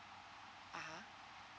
(uh huh)